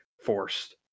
forced